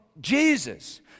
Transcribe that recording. Jesus